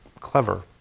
Clever